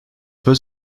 peut